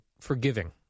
forgiving